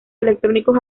electrónicos